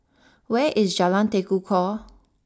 where is Jalan Tekukor